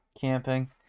Camping